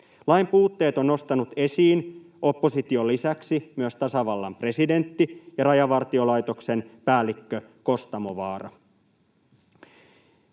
Lain puutteet ovat nostaneet esiin opposition lisäksi myös tasavallan presidentti ja Rajavartiolaitoksen päällikkö Kostamovaara.